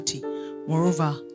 Moreover